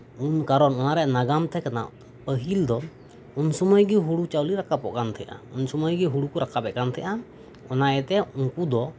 ᱩᱱ ᱠᱟᱨᱚᱱ ᱚᱱᱟᱨᱮᱭᱟᱜ ᱱᱟᱜᱟᱢ ᱛᱟᱸᱦᱮᱠᱟᱱᱟ ᱯᱟᱹᱦᱤᱞ ᱫᱚ ᱩᱱ ᱥᱩᱢᱟᱹᱭ ᱜᱮ ᱦᱩᱲᱩ ᱪᱟᱣᱞᱮ ᱨᱟᱠᱟᱵᱚᱜ ᱠᱟᱱ ᱛᱟᱸᱦᱮᱱᱟ ᱩᱱ ᱥᱩᱢᱟᱹᱭ ᱜᱮ ᱦᱩᱲᱩ ᱠᱚ ᱨᱟᱠᱟᱵᱮᱫ ᱠᱟᱱ ᱛᱟᱸᱦᱮᱱᱟ ᱚᱱᱟ ᱤᱭᱟᱹᱛᱮ ᱩᱱᱠᱩ ᱫᱚ